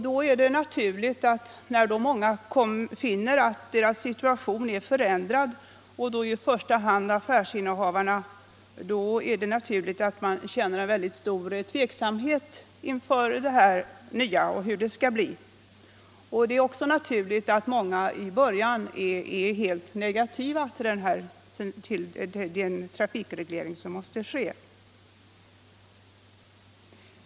Då är det naturligt att många, i första hand affärsinnehavare, som finner sin situation förändrad, känner stor tveksamhet inför hur detta nya skall påverka dem. Det är också naturligt att många i början är helt negativa till den trafikreglering som måste göras.